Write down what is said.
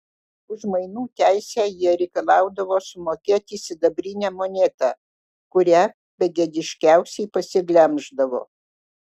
už mainų teisę jie reikalaudavo sumokėti sidabrinę monetą kurią begėdiškiausiai pasiglemždavo